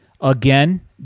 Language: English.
Again